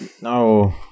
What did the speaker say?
No